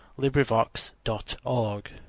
Librivox.org